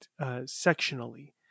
sectionally